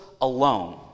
alone